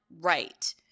right